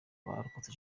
barokotse